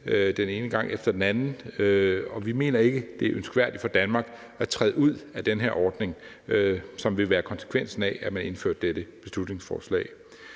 den ene gang efter den anden. Vi mener ikke, det er ønskværdigt for Danmark at træde ud af den her ordning, hvilket ville være konsekvensen af, at man gennemførte det her beslutningsforslag.